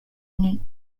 nuit